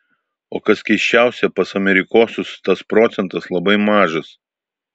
o kas keisčiausia pas amerikosus tas procentas labai mažas